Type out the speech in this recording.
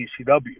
ECW